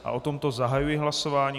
O tomto zahajuji hlasování.